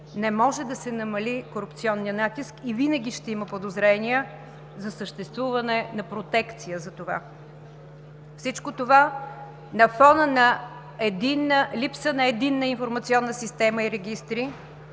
не може да се намали корупционният натиск и винаги ще има подозрения за съществуване на протекция за това. И всичко това – на фона на липса на единна информационна система и регистри